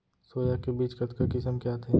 Soya के बीज कतका किसम के आथे?